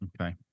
Okay